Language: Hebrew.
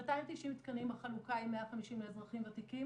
290 תקנים, החלוקה היא 150 לאזרחים ותיקים